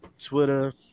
Twitter